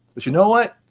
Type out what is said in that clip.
but you know what?